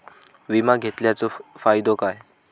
विमा घेतल्याचो फाईदो काय?